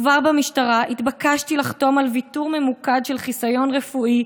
כבר במשטרה התבקשתי לחתום על ויתור ממוקד של חיסיון רפואי,